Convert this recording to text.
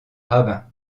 rabbin